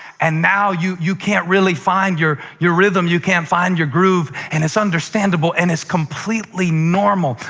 and now you you can't really find your your rhythm. you can't find your groove. and it's understandable, and it's completely normal.